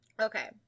Okay